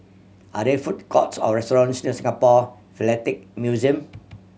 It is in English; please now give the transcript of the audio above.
are there food courts or restaurants near Singapore Philatelic Museum